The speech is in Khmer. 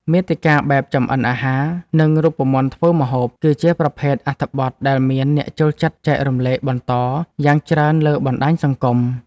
មាតិកាបែបចម្អិនអាហារ និងរូបមន្តធ្វើម្ហូប គឺជាប្រភេទអត្ថបទដែលមានអ្នកចូលចិត្តចែករំលែកបន្តយ៉ាងច្រើនលើបណ្តាញសង្គម។